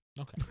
Okay